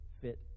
fit